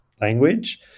language